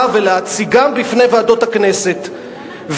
ולתבוע אותם,